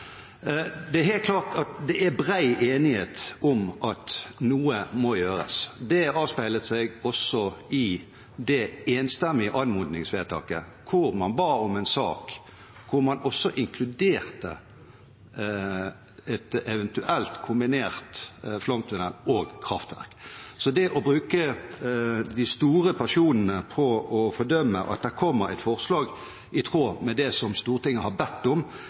det enstemmige anmodningsvedtaket der man ba om en sak hvor man eventuelt også inkluderte kombinert flomtunnel og kraftverk. Det å bruke de store pasjonene på å fordømme at det kommer et forslag i tråd med det som Stortinget har bedt om,